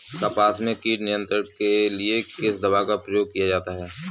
कपास में कीट नियंत्रण के लिए किस दवा का प्रयोग किया जाता है?